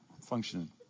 functioning